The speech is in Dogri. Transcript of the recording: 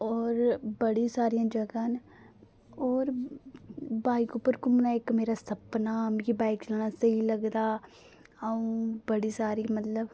और बड़ी सारियां जगहां न और बाइक उप्पर घूमना इक मेरा सपना हा मिगी बाइक चलाना स्हेई लगदा अ'ऊं बड़ी सारी मतलब